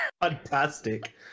Fantastic